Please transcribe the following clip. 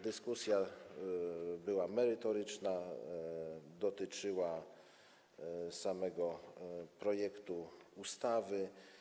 Dyskusja była merytoryczna, dotyczyła samego projektu ustawy.